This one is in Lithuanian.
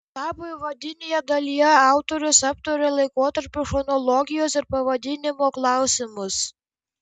darbo įvadinėje dalyje autorius aptaria laikotarpio chronologijos ir pavadinimo klausimus